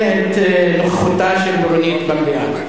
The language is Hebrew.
תסכן את נוכחותה של רונית במליאה.